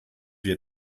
your